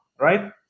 right